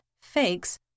fakes